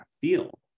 Feel